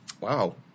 Wow